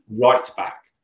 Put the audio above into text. right-back